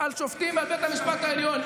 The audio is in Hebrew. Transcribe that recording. על שופטים ועל בית המשפט העליון.